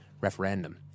referendum